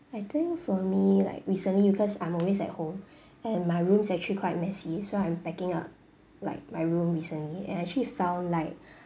I think for me like recently because I'm always at home and my room's actually quite messy so I'm packing up like my room recently and I actually found like